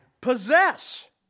possess